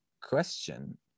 question